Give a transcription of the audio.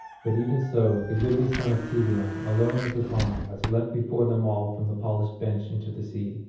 but even so the goodly son of teleon alone of the comrades leapt before them all from the polished bench into the sea,